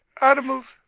Animals